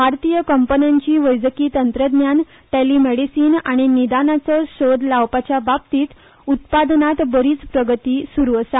भारतीय कंपनींची वैजकी तंत्रज्ञान टेली मेडिसीन आनी निदानाचो सोद लावपा विशीं उत्पादनांत बरीच प्रगती सुरू आसा